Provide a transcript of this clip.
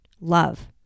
love